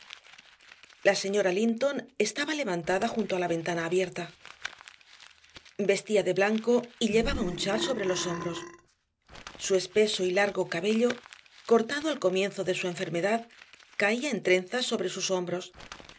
la señora linton estaba sentada junto a la ventana abierta vestía de blanco y llevaba un chal sobre los hombros su espesó y largo cabello cortado al comienzo de su enfermedad caía en trenzas sobre sus hombros